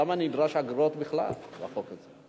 למה נדרשות אגרות בכלל בחוק הזה?